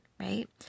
Right